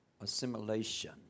assimilation